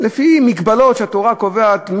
לפי מגבלות שהתורה קובעת,